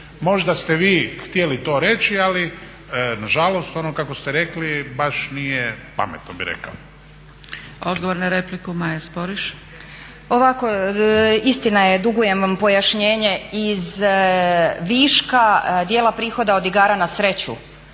Možda ste vi htjeli to reći, ali nažalost ono kako ste rekli baš nije pametno bih rekao. **Zgrebec, Dragica (SDP)** Odgovor na repliku Maja Sporiš. **Sporiš, Maja** Ovako, istina je, dugujem vam pojašnjenje, iz viška dijela prihoda od igara na sreću